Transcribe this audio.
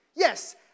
Yes